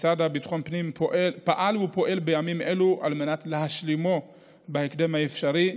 המשרד לביטחון הפנים פעל ופועל בימים אלו על מנת להשלימו בהקדם האפשרי,